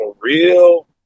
real